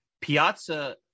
Piazza